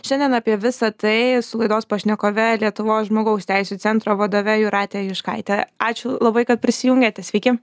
šiandien apie visa tai su laidos pašnekove lietuvos žmogaus teisių centro vadove jūrate juškaite ačiū labai kad prisijungėte sveiki